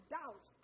doubt